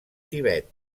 tibet